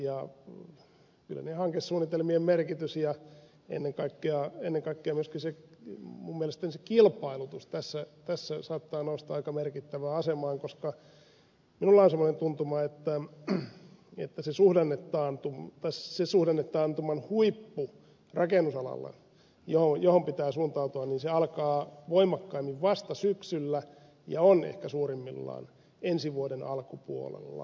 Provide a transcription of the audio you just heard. kyllä niiden hankesuunnitelmien merkitys ja ennen kaikkea myöskin mielestäni se kilpailutus tässä saattaa nousta aika merkittävään asemaan koska minulla on semmoinen tuntuma että se suhdannetaantuman huippu rakennusalalla johon pitää suuntautua alkaa voimakkaimmin vasta syksyllä ja on ehkä suurimmillaan ensi vuoden alkupuolella